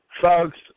folks